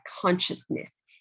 consciousness